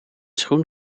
schoen